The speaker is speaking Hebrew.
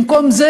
במקום זה,